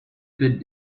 could